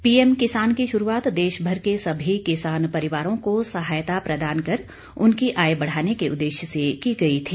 PM Kisan की शुरूआत देश भर के सभी किसान परिवारों को सहायता प्रदान कर उनकी आय बढ़ाने के उद्देश्य से की गई थी